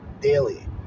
Daily